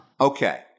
Okay